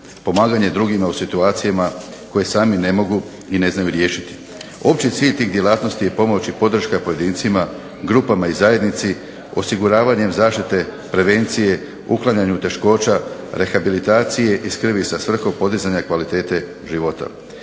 pomaganje drugima u situacijama koje sami ne mogu i ne znaju riješiti. Opći cilj tih djelatnosti je pomoć i podrška pojedincima, grupama i zajednici osiguravanjem zaštite prevencije, uklanjanju teškoća, rehabilitacije i skrbi sa svrhom podizanja kvalitete života.